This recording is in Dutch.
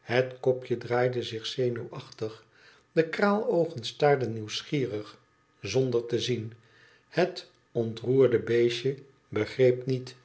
het kopje draaide zich zenuwachtig de kraaloogen staarden nieuwsgierig zonder te zien het ontroerde beestje begreep niet